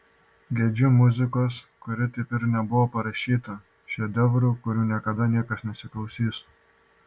gedžiu muzikos kuri taip ir nebuvo parašyta šedevrų kurių niekada niekas nesiklausys